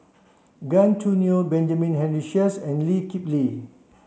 Gan Choo Neo Benjamin Henry Sheares and Lee Kip Lee